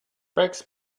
rex